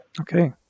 Okay